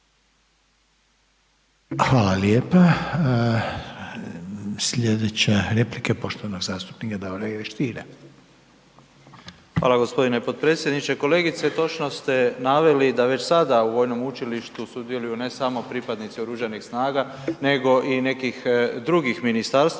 Hvala lijepa. Sljedeća replika je poštovanog zastupnika Davora Ive Stiera. **Stier, Davor Ivo (HDZ)** Hvala g. potpredsjedniče. Kolegice, točno ste naveli da već sada u Vojnom učilištu sudjeluju, ne samo pripadnici Oružanih snaga nego i nekih drugih ministarstava,